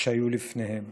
שהיו לפניהם.